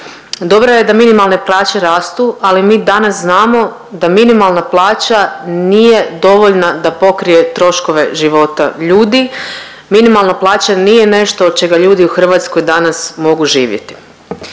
Dobro je da minimalne plaće rastu ali mi danas znamo da minimalna plaća nije dovoljna da pokrije troškova života ljudi, minimalna plaća nije nešto od čega ljudi u Hrvatskoj danas mogu živjeti.